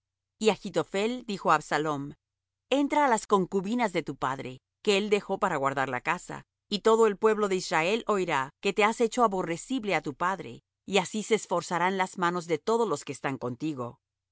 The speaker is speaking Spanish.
y achitophel dijo á absalom entra á las concubinas de tu padre que él dejó para guardar la casa y todo el pueblo de israel oirá que te has hecho aborrecible á tu padre y así se esforzarán las manos de todos los que están contigo